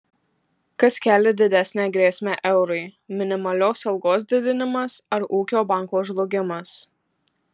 kas kelia didesnę grėsmę eurui minimalios algos didinimas ar ūkio banko žlugimas